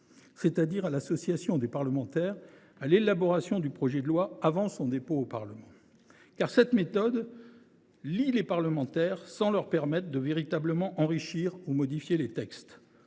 c’est à dire à l’association des parlementaires à l’élaboration d’un projet de loi avant son dépôt au Parlement. En effet, cette méthode lie les parlementaires sans leur permettre véritablement d’enrichir ou de modifier les textes.